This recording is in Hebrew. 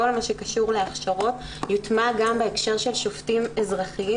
מה שקשור להכשרות יוטמע גם בהקשר של שופטים אזרחיים